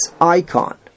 icon